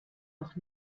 noch